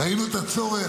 ראינו את הצורך,